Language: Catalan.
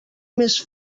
més